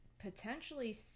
potentially